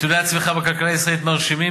נתוני הצמיחה בכלכלה הישראלית מרשימים